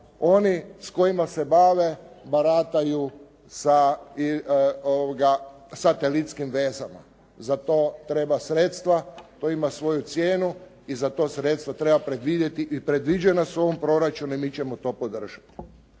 oni s kojima se bave barataju sa satelitskim vezama. Za to treba sredstva, to ima svoju cijenu i za to sredstvo treba predvidjeti i predviđena su u ovom proračunu i mi ćemo to podržati.